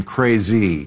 Crazy